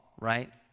right